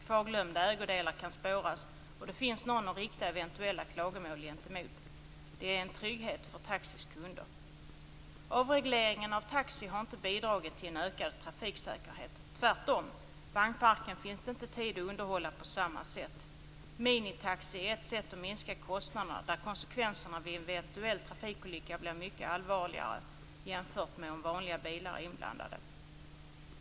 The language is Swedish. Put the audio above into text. Kvarglömda ägodelar kan spåras, och det finns någon att rikta eventuella klagomål gentemot. Det är en trygghet för taxis kunder. Avregleringen av taxi har inte bidragit till en ökad trafiksäkerhet. Tvärtom, det finns inte tid att underhålla vagnparken på samma sätt. Minitaxi är ett sätt att minska kostnaderna, där kostnaderna vid en eventuell trafikolycka blir mycket allvarligare jämfört med om vanliga bilar är inblandade.